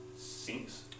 sinks